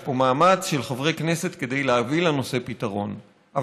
יש פה מאמץ של חברי כנסת להביא פתרון לנושא,